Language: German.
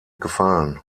gefallen